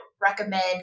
recommend